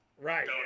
Right